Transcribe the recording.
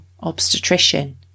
obstetrician